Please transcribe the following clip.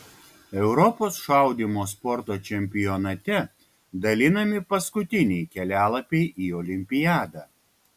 europos šaudymo sporto čempionate dalinami paskutiniai kelialapiai į olimpiadą